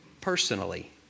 personally